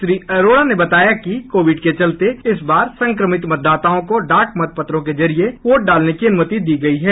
श्री अरोड़ा ने बताया कि कोविड के चलते इस बार संक्रमित मतदाताओं को डाक मतपत्रों के जरिये वोट डालने की अनुमति दी गयी है